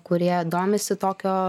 kurie domisi tokio